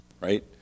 Right